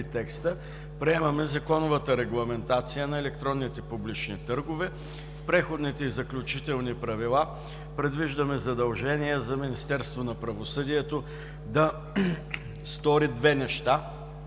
текстът, приемаме законовата регламентация на електронните публични търгове. В Преходните и заключителни правила предвиждаме задължения за Министерство на правосъдието да стори две неща